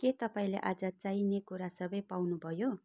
के तपाँईले आज चाहिने कुरा सबै पाउनुभयो